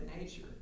nature